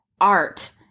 art